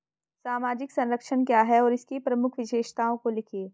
सामाजिक संरक्षण क्या है और इसकी प्रमुख विशेषताओं को लिखिए?